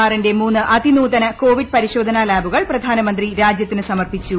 ആറിന്റെ മൂന്ന് അതിനൂതന കോവിഡ് പരിശോധനാ ലാബുകൾ പ്രധാന മന്ത്രി രാജ്യത്തിന് സമർപ്പിച്ചു